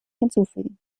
hinzufügen